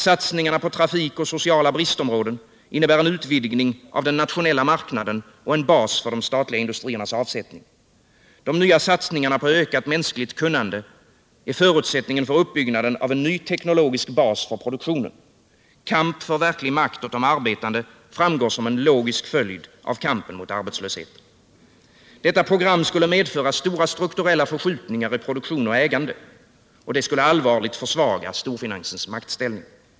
Satsningarna på trafik och sociala bristområden innebär en utvidgning av den nationella marknaden och en bas för de statliga industriernas avsättning. De nya satsningarna på ökat mänskligt kunnande är förutsättningen för uppbyggnaden av en ny teknologisk bas för produktionen. Kamp för verklig makt åt de arbetande framgår som en logisk följd av kampen mot arbetslösheten. Detta program skulle medföra stora strukturella förskjutningar i produktion och ägande, och det skulle allvarligt försvaga storfinansens maktställning.